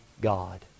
God